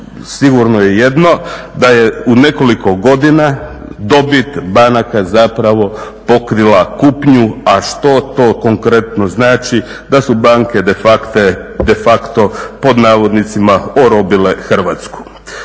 Sigurno je jedno, da je u nekoliko godina dobit banaka zapravo pokrila kupnju, a što to konkretno znači da su banke de facto pod navodnicima orobile Hrvatsku.